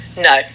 no